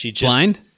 Blind